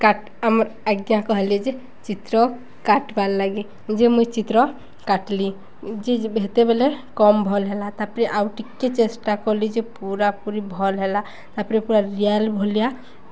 କାଟ ଆମର ଆଜ୍ଞା କହିଲେ ଯେ ଚିତ୍ର କାଟବାର୍ ଲାଗେ ଯେ ମୁଇଁ ଚିତ୍ର କାଟିଲି ଯେ ଯେତେବେଳେ କମ୍ ଭଲ୍ ହେଲା ତା'ପରେ ଆଉ ଟିକେ ଚେଷ୍ଟା କଲି ଯେ ପୁରା ପୁରୀ ଭଲ୍ ହେଲା ତା'ପରେ ପୁରା ରିୟଲ ଭଳିଆ